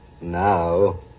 now